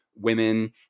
women